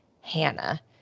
Hannah